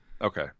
Okay